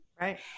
Right